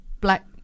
black